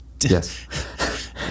Yes